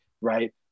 Right